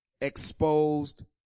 exposed